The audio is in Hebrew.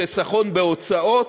חיסכון בהוצאות.